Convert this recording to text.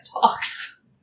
talks